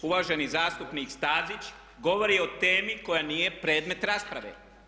Uvaženi zastupnik Stazić govori o temi koja nije predmet rasprave.